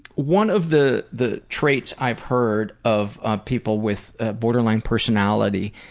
one of the the traits i've heard of ah people with ah borderline personality